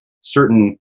certain